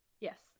yes